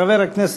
חבר הכנסת,